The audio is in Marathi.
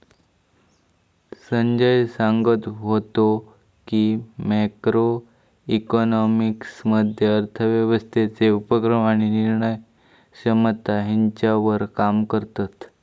संजय सांगत व्हतो की, मॅक्रो इकॉनॉमिक्स मध्ये अर्थव्यवस्थेचे उपक्रम आणि निर्णय क्षमता ह्यांच्यावर काम करतत